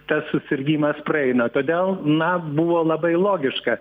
tas susirgimas praeina todėl na buvo labai logiška